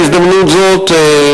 בהזדמנות זאת,